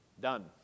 Done